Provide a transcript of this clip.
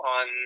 on